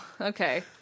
Okay